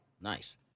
Nice